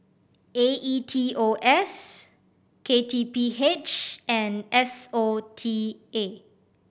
A E T O S K T P H and S O T A